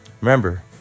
Remember